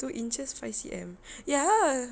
two inches five C_M ya